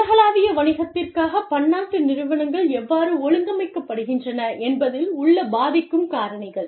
உலகளாவிய வணிகத்திற்காகப் பன்னாட்டு நிறுவனங்கள் எவ்வாறு ஒழுங்கமைக்கப்படுகின்றன என்பதில் உள்ள பாதிக்கும் காரணிகள்